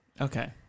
Okay